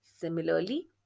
Similarly